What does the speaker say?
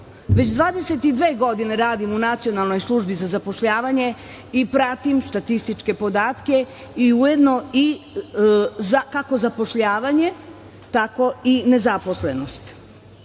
Već 22 godine radim u Nacionalnoj službi za zapošljavanje i pratim statističke podatke, kako zapošljavanje, tako i nezaposlenost. Inače,